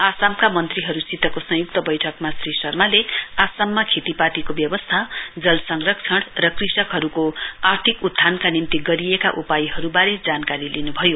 आसामका मन्त्रीहरूसितको संयुक्त बैठकमा श्री शर्माले आसाममा खेतीपातीको व्यवस्था संरक्षण र कृषकहरूको आर्थिक उत्थानका निम्ति गरिएका उपायहरूबारे जानकारी लिनुभयो